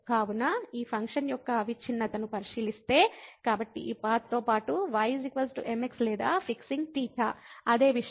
కాబట్టి ఈ ఫంక్షన్ యొక్క అవిచ్ఛిన్నతను పరిశీలిస్తే కాబట్టి ఈ పాత్ తో పాటు y mx లేదా ఫిక్సిం7గ్ θ అదే విషయం